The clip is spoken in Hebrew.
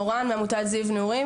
מורן מעמותת זיו נעורים,